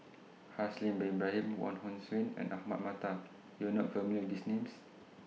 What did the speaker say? Haslir Bin Ibrahim Wong Hong Suen and Ahmad Mattar YOU Are not familiar with These Names